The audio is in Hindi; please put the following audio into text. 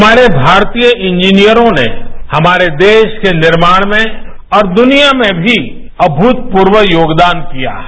हमारे भारतीय इंजीनियरों ने हमारे देश के निर्माण में और दुनिया में भी अमूतपूर्व योगदान किया है